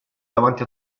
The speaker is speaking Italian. davanti